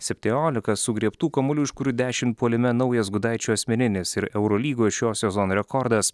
septyniolika sugriebtų kamuolių iš kurių dešimt puolime naujas gudaičio asmeninis ir eurolygoje šio sezono rekordas